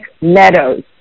meadows